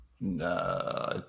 No